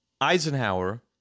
Eisenhower